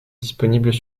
disponibles